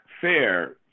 fair